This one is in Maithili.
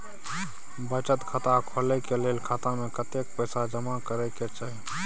बचत खाता खोले के लेल खाता में कतेक पैसा जमा करे के चाही?